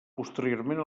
posteriorment